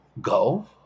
go